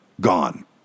gone